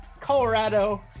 Colorado